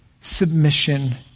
submission